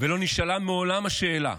ולא נשאלה מעולם שאלת